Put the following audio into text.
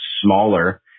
smaller